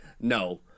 No